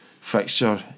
fixture